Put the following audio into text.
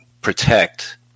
protect